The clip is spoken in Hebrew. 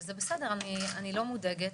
וזה בסדר, אני לא מודאגת,